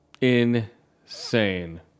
Insane